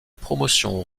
promotion